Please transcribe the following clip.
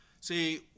See